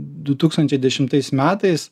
du tūkstančiai dešimtais metais